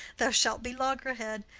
thou shalt be loggerhead.